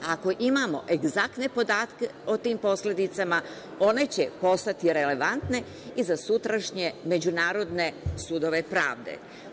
Ako imamo egzaktne podatke o tim posledicama, one će postati relevantne i za sutrašnje međunarodne sudove pravde.